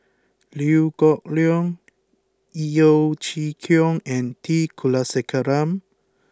Liew Geok Leong Yeo Chee Kiong and T Kulasekaram